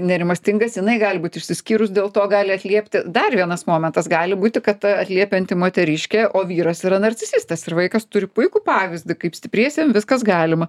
nerimastingas jinai gali būt išsiskyrus dėl to gali atliepti dar vienas momentas gali būti kad atliepianti moteriškė o vyras yra narcisistas ir vaikas turi puikų pavyzdį kaip stipriesiem viskas galima